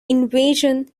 invasion